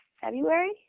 February